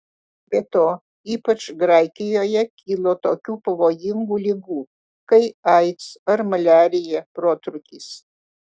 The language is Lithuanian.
be to ypač graikijoje kilo tokių pavojingų ligų kai aids ar maliarija protrūkis